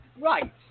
Right